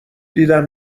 دیدم